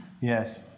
Yes